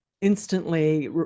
instantly